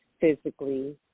physically